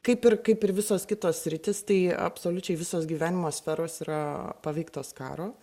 kaip ir kaip ir visos kitos sritys tai absoliučiai visos gyvenimo sferos yra paveiktos karo